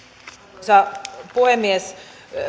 arvoisa puhemies